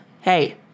hey